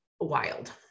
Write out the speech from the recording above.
wild